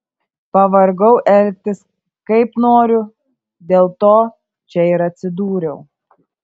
pavargau elgtis kaip noriu dėl to čia ir atsidūriau